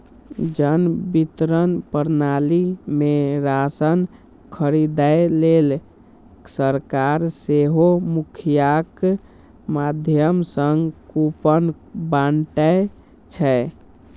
जन वितरण प्रणाली मे राशन खरीदै लेल सरकार सेहो मुखियाक माध्यम सं कूपन बांटै छै